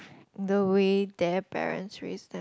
the way their parents raised